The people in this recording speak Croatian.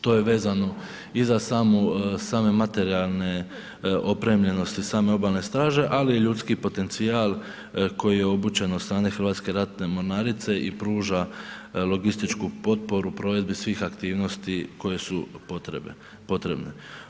To je vezano i za same materijalne opremljenosti same obalne straže ali i ljudski potencijal koji je obučen od stranice Hrvatske ratne mornarice i pruža logističku potporu provedbi svih aktivnosti koje su potrebne.